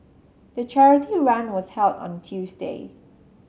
the charity run was held on Tuesday